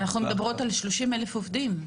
אנחנו מדברות על 30,000 עובדים.